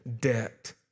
debt